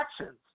actions